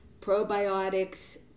probiotics